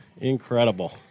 Incredible